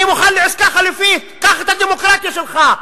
אני מוכן לעסקה חלופית: קח את הדמוקרטיה שלך,